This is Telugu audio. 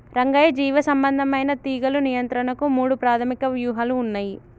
రంగయ్య జీవసంబంధమైన తీగలు నియంత్రణకు మూడు ప్రాధమిక వ్యూహాలు ఉన్నయి